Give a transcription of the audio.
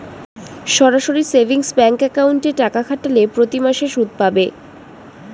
সরাসরি savings bank অ্যাকাউন্টে টাকা খাটালে প্রতিমাসে সুদ পাবে